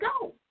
go